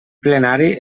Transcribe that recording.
plenari